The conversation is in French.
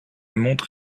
montre